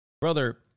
brother